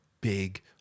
big